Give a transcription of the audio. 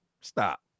Stop